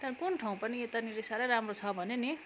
तर कुन ठाउँ पनि यतानिर साह्रै राम्रो छ भने नि